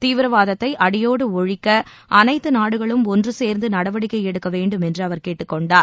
தீவிரவாதத்தை அடியோடு ஒழிக்க அனைத்து நாடுகளும் ஒன்று சேர்ந்து நடவடிக்கை எடுக்க வேண்டும் என்று அவர் கேட்டுக்கொண்டார்